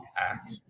act